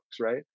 right